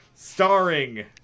Starring